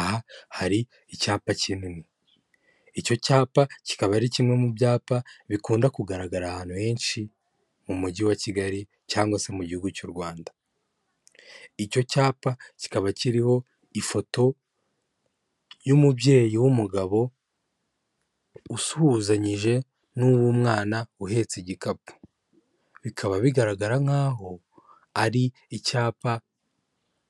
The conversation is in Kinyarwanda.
Aha hari icyapa kinini, icyo cyapa kikaba ari kimwe mu byapa bikunda kugaragara ahantu henshi mu mujyi wa Kigali cyangwa se mu gihugu cy'u Rwanda, icyo cyapa kikaba kiriho ifoto y'umubyeyi w'umugabo usuhuzanyije n'uw'umwana uhetse igikapu, bikaba bigaragara nkaho ari icyapa